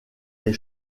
des